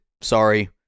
sorry